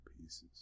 pieces